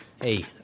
Hey